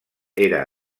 era